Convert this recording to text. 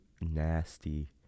nasty